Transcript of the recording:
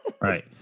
Right